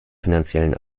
finanziellen